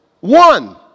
One